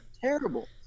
terrible